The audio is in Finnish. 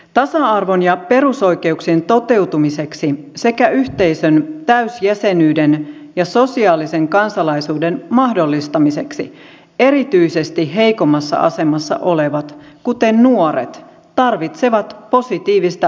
tasa arvon ja perusoikeuksien toteutumiseksi sekä yhteisön täysjäsenyyden ja sosiaalisen kansalaisuuden mahdollistamiseksi erityisesti heikommassa asemassa olevat kuten nuoret tarvitsevat positiivista erityiskohtelua